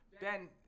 Ben